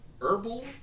herbal